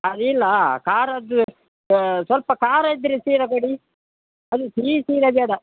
ಅದು ಇಲ್ವಾ ಖಾರದ್ದು ಸ್ವಲ್ಪ ಖಾರ ಇದ್ದರೆ ಶಿರಾ ಕೊಡಿ ಅದು ಸಿಹಿ ಶಿರಾ ಬೇಡ